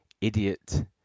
idiot